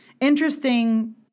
interesting